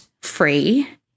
free